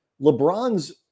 LeBron's